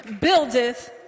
buildeth